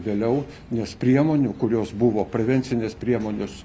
vėliau nes priemonių kurios buvo prevencinės priemonės